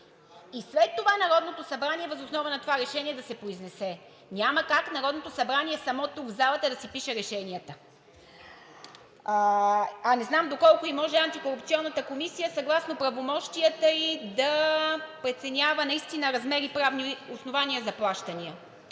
и след това Народното събрание въз основа на това решение да се произнесе. Няма как Народното събрание само тук в залата да си пише решенията. А не знам доколко може Антикорупционната комисия съгласно правомощията ѝ да преценява наистина размер и правни основания за плащания.